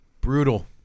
Brutal